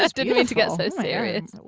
ah didn't mean to get so serious.